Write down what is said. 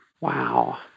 Wow